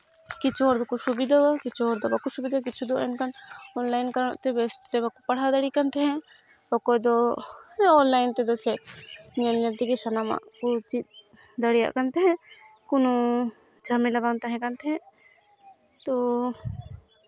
ᱠᱤᱪᱷᱩ ᱦᱚᱲ ᱫᱚᱠᱚ ᱥᱩᱵᱤᱫᱷᱟᱣᱟ ᱠᱤᱪᱷᱩ ᱦᱚᱲ ᱫᱚ ᱵᱟᱠᱚ ᱥᱩᱵᱤᱫᱷᱟᱣᱟ ᱠᱤᱪᱷᱩ ᱦᱚᱲ ᱫᱚ ᱮᱱᱠᱷᱟᱱ ᱚᱱᱞᱟᱭᱤᱱ ᱠᱟᱨᱚᱱᱛᱮ ᱵᱮᱥᱛᱮ ᱵᱟᱠᱚ ᱯᱟᱲᱦᱟᱣ ᱫᱟᱲᱮᱭᱟᱜ ᱠᱟᱱ ᱛᱟᱦᱮᱸᱫ ᱚᱠᱚᱭ ᱫᱚ ᱚᱱᱞᱟᱭᱤᱱ ᱛᱮᱫᱚ ᱪᱮᱫ ᱧᱮᱞ ᱧᱮᱞ ᱛᱮᱜᱮ ᱥᱟᱱᱟᱢᱟᱜ ᱠᱚ ᱪᱮᱫ ᱫᱟᱲᱮᱭᱟᱜ ᱠᱟᱱ ᱛᱟᱦᱮᱸᱫ ᱠᱳᱱᱳ ᱡᱷᱟᱢᱮᱞᱟ ᱵᱟᱝ ᱛᱟᱦᱮᱸ ᱠᱟᱱ ᱛᱟᱦᱮᱸᱫ ᱛᱳ